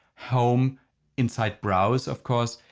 home inside browse of course,